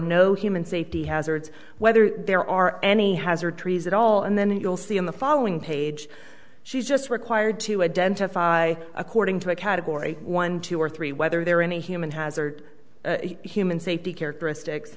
no human safety hazards whether there are any hazard trees at all and then you'll see in the following page she's just required to identify according to a category one two or three whether there are any human hazard human safety characteristics